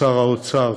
לשר האוצר,